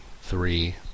three